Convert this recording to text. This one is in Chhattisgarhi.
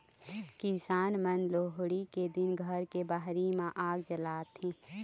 किसान मन लोहड़ी के दिन घर के बाहिर म आग जलाथे